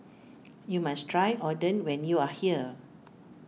you must try Oden when you are here